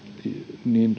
niin